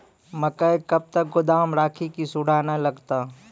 मकई कब तक गोदाम राखि की सूड़ा न लगता?